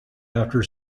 after